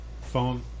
phone